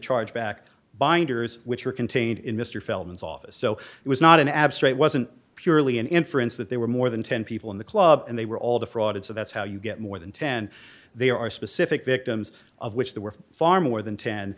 chargeback binders which are contained in mr feldman's office so it was not an abstract wasn't purely an inference that there were more than ten people in the club and they were all defrauded so that's how you get more than ten there are specific victims of which there were far more than ten